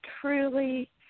truly